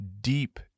deep